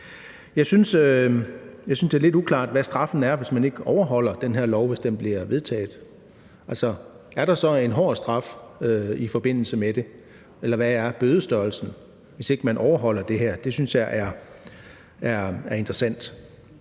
Jeg synes, det er lidt uklart, hvad straffen er, hvis man ikke overholder den her lov, hvis lovforslaget bliver vedtaget. Er der en hård straf i forbindelse med det, eller hvad er bødestørrelsen, hvis man ikke overholder det? Det synes jeg er interessant.